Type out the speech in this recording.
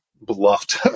bluffed